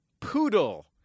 poodle